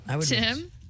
Tim